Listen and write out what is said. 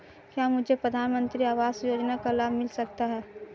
क्या मुझे प्रधानमंत्री आवास योजना का लाभ मिल सकता है?